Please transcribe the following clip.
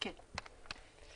בבקשה.